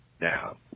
Now